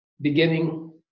beginning